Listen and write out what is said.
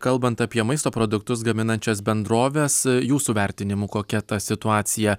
kalbant apie maisto produktus gaminančias bendroves jūsų vertinimu kokia ta situacija